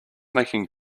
making